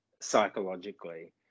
psychologically